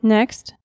Next